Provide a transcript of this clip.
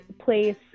place